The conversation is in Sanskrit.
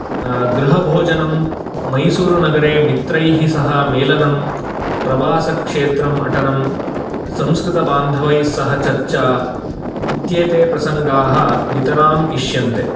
गृहभोजनं मैसूरुनगरं मित्रैः सह मेलनं प्रवासक्षेत्रम् अटनं संस्कृतबान्धवैस्सह चर्चा इत्येते प्रसङ्गाः नितराम् इष्यन्ते